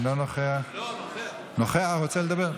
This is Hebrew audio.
רוצה לדבר?